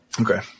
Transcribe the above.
Okay